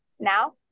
now